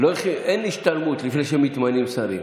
אין השתלמות לפני שמתמנים שרים,